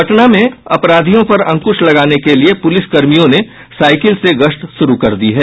पटना में अपराधियों पर अंकुश लगाने के लिए पुलिसकर्मियों ने साईकिल से गश्त शुरू कर दी है